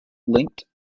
linked